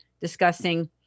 discussing